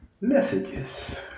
messages